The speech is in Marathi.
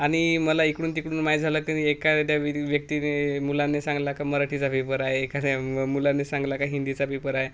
आणि मला इकडून तिकडून माय झालं की एखाद्या वि व्यक्तीने मुलाने सांगितला का मराठीचा पेपर आहे एखाद्या म मुलाने सांगितला का हिंदीचा पेपर आहे